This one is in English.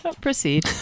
Proceed